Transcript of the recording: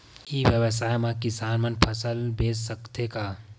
ई व्यवसाय म किसान मन फसल बेच सकथे का?